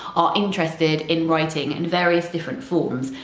are interested in writing in various different forms,